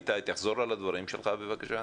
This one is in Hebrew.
איתי, תחזור על הדברים שלך בבקשה.